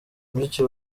mushiki